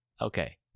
Okay